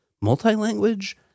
multi-language